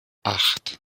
acht